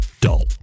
dull